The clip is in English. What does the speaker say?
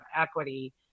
equity